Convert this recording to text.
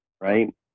right